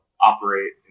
operate